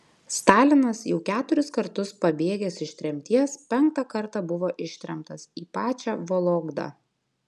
stalinas jau keturis kartus pabėgęs iš tremties penktą kartą buvo ištremtas į pačią vologdą